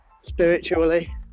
spiritually